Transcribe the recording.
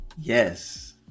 yes